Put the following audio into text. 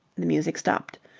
the music stopped.